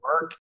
work